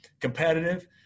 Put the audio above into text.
competitive